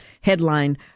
headline